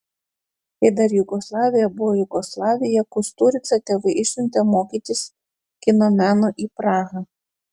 kai dar jugoslavija buvo jugoslavija kusturicą tėvai išsiuntė mokytis kino meno į prahą